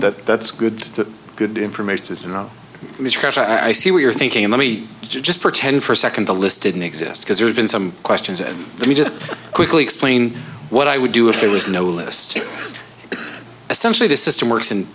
ok that good good information that you know i see what you're thinking of let me just pretend for a second the list didn't exist because there have been some questions and let me just quickly explain what i would do if there was no list essentially the system works in